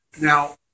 Now